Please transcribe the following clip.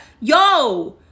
Yo